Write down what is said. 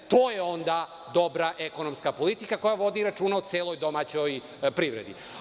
To je onda dobra ekonomska politika koja vodi računa o celoj domaćoj privredi.